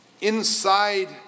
inside